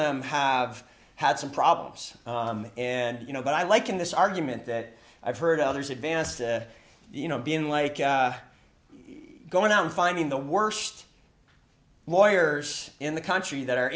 them have had some problems and you know what i like in this argument that i've heard others advanced you know being like going out and finding the worst lawyers in the country that are